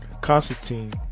Constantine